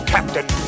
Captain